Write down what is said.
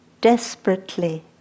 desperately